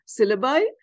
syllabi